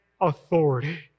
authority